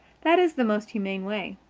that is the most humane way.